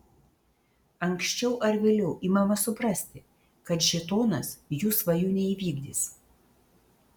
anksčiau ar vėliau imama suprasti kad šėtonas jų svajų neįvykdys